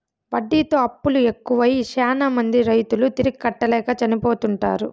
వడ్డీతో అప్పులు ఎక్కువై శ్యానా మంది రైతులు తిరిగి కట్టలేక చనిపోతుంటారు